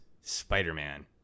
Spider-Man